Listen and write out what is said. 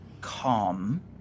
calm